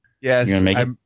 Yes